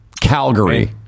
Calgary